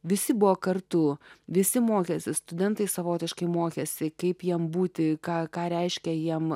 visi buvo kartu visi mokėsi studentai savotiškai mokėsi kaip jiem būti ką ką reiškia jiem